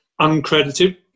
Uncredited